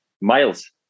Miles